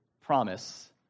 promise